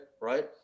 right